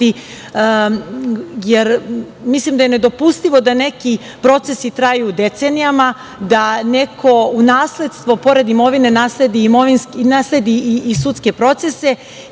jer mislim da je nedopustivo da neki procesi traju decenijama, da neko u nasledstvo pored imovine, nasledi i sudske procese. Pričali